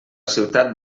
ciutat